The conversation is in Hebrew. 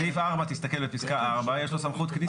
לפחות אצלנו יש צחוקים.